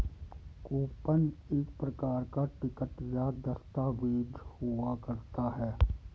coupon एक प्रकार का टिकट या दस्ताबेज हुआ करता है